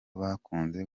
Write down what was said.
bakunze